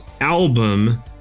album